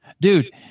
Dude